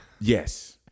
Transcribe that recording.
yes